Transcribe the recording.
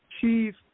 chief